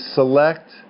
select